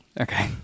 Okay